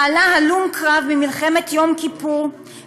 בעלה הלום קרב ממלחמת יום כיפור,